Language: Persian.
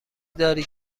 داری